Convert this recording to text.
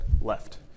left